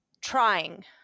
Trying